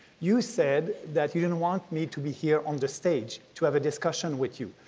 you said that you didn't want me to be here on this stage to have a discussion with you.